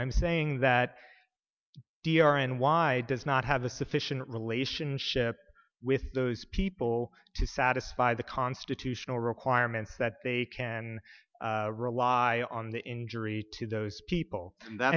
i'm saying that d r n y does not have a sufficient relationship with those people to satisfy the constitutional requirement that they can rely on the injury to those people that